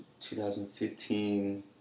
2015